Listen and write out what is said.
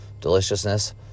deliciousness